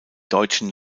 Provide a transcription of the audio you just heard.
deutschen